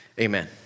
Amen